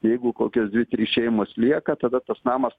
jeigu kokios dvi trys šeimos lieka tada tas namas